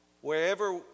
wherever